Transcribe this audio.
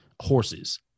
horses